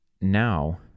now